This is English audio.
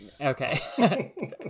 Okay